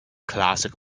classic